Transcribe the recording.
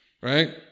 right